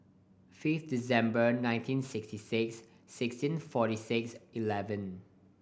fifth December nineteen sixty six sixteen forty six eleven